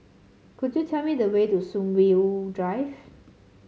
could you tell me the way to Sunview Drive